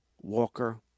Walker